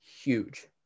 huge